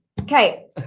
Okay